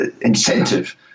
incentive